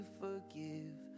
forgive